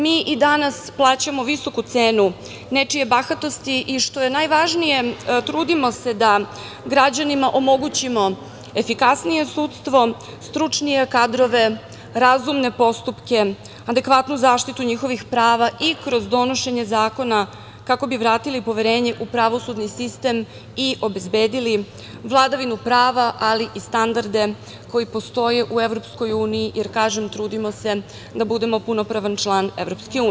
Mi i danas plaćamo visoku cenu nečije bahatosti i što je najvažnije trudimo se da građanima omogućimo efikasnije sudstvo stručnije kadrove, razumne postupke, adekvatnu zaštitu njihovih prava i kroz donošenje zakona kako bi vratili poverenje u pravosudni sistem i obezbedili vladavinu prava ali i standarde koji postoje u EU, jer kažem trudimo se da budemo punopravan član EU.